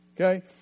Okay